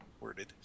worded